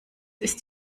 ist